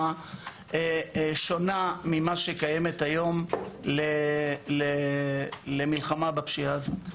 פלטפורמה שונה ממה שקיימת היום למלחמה בפשיעה הזאת.